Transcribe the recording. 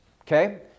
Okay